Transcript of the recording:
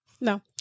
No